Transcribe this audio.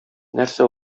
нәрсә